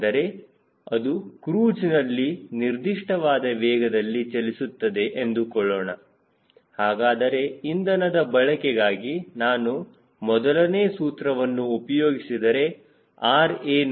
ಎಂದರೆ ಅದು ಕ್ರೂಜ್ ನಲ್ಲಿ ನಿರ್ದಿಷ್ಟವಾದ ವೇಗದಲ್ಲಿ ಚಲಿಸುತ್ತದೆ ಎಂದುಕೊಳ್ಳೋಣ ಹಾಗಾದರೆ ಇಂಧನದ ಬಳಕೆಗಾಗಿ ನಾನು ಮೊದಲನೇ ಸೂತ್ರವನ್ನು ಉಪಯೋಗಿಸಿದರೆ R ಏನು